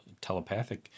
telepathic